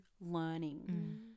learning